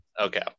Okay